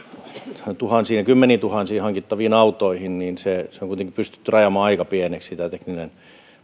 kymmeniintuhansiin kymmeniintuhansiin hankittaviin autoihin tässä on kuitenkin pystytty rajaamaan aika pieneksi